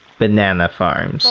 banana farm, so,